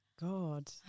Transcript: God